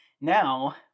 Now